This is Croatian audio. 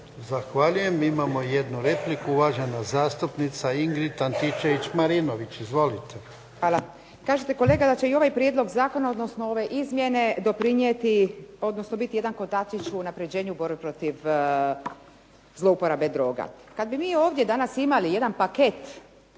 Zahvaljujem. Imamo jednu repliku, uvažena zastupnica Ingrid Antičević-Marinović. Izvolite. **Antičević Marinović, Ingrid (SDP)** Hvala. Kažete kolega da će i ovaj prijedlog zakona, odnosno ove izmjene doprinijeti odnosno biti jedan kotačić u unaprijeđeniju protiv zlouporabe droga. Kada bi mi danas ovdje imali jedan paket,